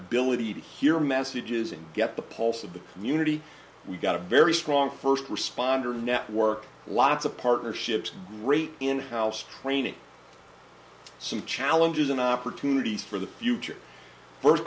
ability to hear messages and get the pulse of the community we've got a very strong first responder network lots of partnerships great in house training some challenges and opportunities for the future first